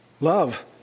love